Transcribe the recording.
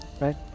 right